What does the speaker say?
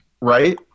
Right